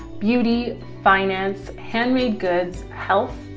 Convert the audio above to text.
beauty, finance handmade goods, health,